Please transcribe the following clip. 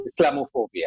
Islamophobia